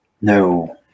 No